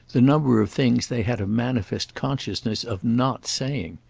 the number of things they had a manifest consciousness of not saying.